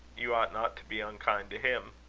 you ought not to be unkind to him.